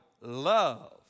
love